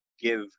give